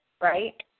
right